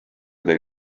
del